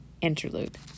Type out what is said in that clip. Interlude